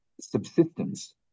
subsistence